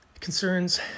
concerns